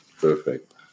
Perfect